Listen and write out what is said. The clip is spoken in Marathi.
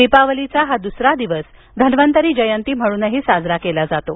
दीपावलीचा हा दुसरा दिवस धन्वंतरी जयंती म्हणूनही साजरा केला जातो